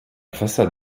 façade